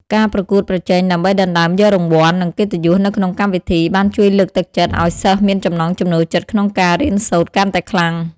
ការប្រកួតប្រជែងដើម្បីដណ្ដើមយករង្វាន់ និងកិត្តិយសនៅក្នុងកម្មវិធី បានជួយលើកទឹកចិត្តឲ្យសិស្សមានចំណង់ចំណូលចិត្តក្នុងការរៀនសូត្រកាន់តែខ្លាំង។